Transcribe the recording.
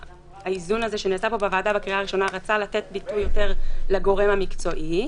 שהאיזון שנעשה בוועדה בקריאה הראשונה רצה לתת יותר ביטוי לגורם המקצועי.